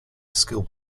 skill